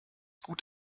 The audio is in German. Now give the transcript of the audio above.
gut